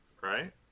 Right